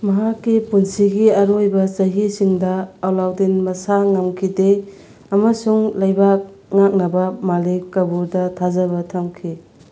ꯃꯍꯥꯛꯀꯤ ꯄꯨꯟꯁꯤꯒꯤ ꯑꯔꯣꯏꯕ ꯆꯍꯤꯁꯤꯡꯗ ꯑꯂꯥꯎꯗꯤꯟ ꯃꯁꯥ ꯉꯝꯈꯤꯗꯦ ꯑꯃꯁꯨꯡ ꯂꯩꯕꯥꯛ ꯉꯥꯛꯅꯕ ꯃꯥꯂꯤꯛ ꯀꯥꯕꯨꯗ ꯊꯥꯖꯕ ꯊꯝꯈꯤ